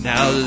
Now